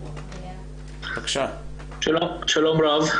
שלום רב,